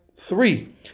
Three